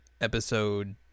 episode